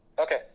Okay